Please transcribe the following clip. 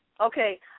Okay